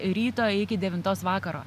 ryto iki devintos vakaro